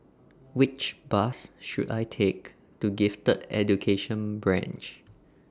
Which Bus should I Take to Gifted Education Branch